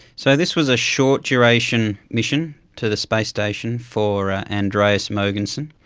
so this was a short duration mission to the space station for andreas mogensen,